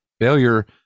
Failure